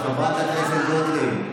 חברת הכנסת גוטליב.